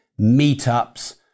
meetups